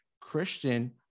christian